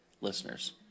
listeners